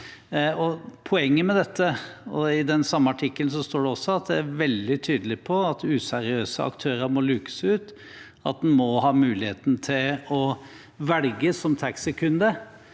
det går på Uber. I den samme artikkelen står det også at jeg er veldig tydelig på at useriøse aktører må lukes ut, og at en må ha muligheten til å velge som taxikunde,